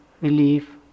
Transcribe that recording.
relief